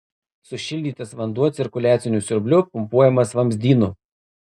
sušildytas vanduo cirkuliaciniu siurbliu pumpuojamas vamzdynu